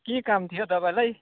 के काम थियो तपाईँलाई